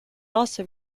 also